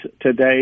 today